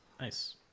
Nice